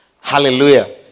Hallelujah